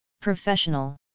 professional